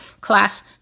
class